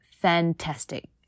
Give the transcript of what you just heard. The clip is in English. fantastic